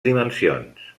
dimensions